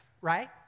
right